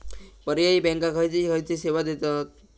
पर्यायी बँका खयचे खयचे सेवा देतत?